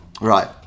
right